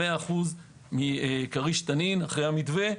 100% מכריש תנין אחרי המתווה.